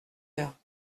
heure